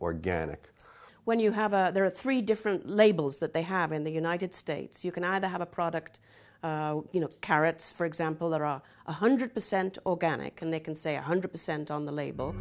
organic when you have a there are three different labels that they have in the united states you can either have a product you know carrots for example that are one hundred percent organic and they can say one hundred percent on the label